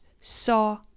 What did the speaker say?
saw